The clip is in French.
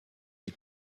des